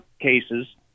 cases